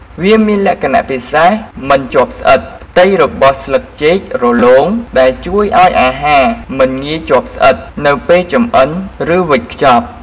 វាមានលក្ខណៈពិសេស មិនជាប់ស្អិត ផ្ទៃរបស់ស្លឹកចេករលោង ដែលជួយឱ្យអាហារមិនងាយជាប់ស្អិត នៅពេលចម្អិន ឬវេចខ្ចប់។